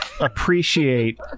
appreciate